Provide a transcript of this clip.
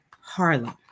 Harlem